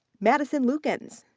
madison lukens.